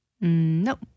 No